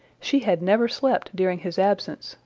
she had never slept during his absence,